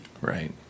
Right